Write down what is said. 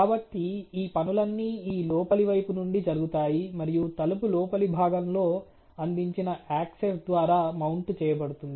కాబట్టి ఈ పనులన్నీ ఈ లోపలి వైపు నుండి జరుగుతాయి మరియు తలుపు లోపలి భాగంలో అందించిన యాక్సెస్ ద్వారా మౌంటు చేయబడుతుంది